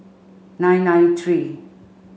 nine nine three